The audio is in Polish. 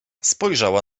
spojrzała